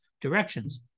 directions